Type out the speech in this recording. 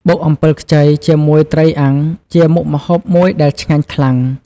បុកអំពិលខ្ចីជាមួយត្រីអាំងជាមុខម្ហូបមួយដែលឆ្ងាញ់ខ្លាំង។